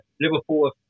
Liverpool